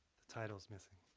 the title's missing.